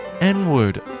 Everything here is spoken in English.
N-word